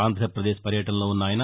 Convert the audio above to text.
ఆంధ్రప్రదేశ్ పర్యటనలో ఉన్న ఆయన